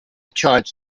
charts